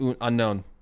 Unknown